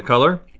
color.